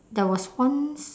there was once